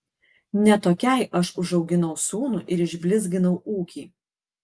ne tokiai aš užauginau sūnų ir išblizginau ūkį